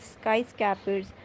skyscrapers